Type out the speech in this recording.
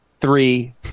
three